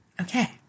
Okay